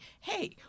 hey